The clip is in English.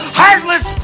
heartless